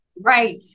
right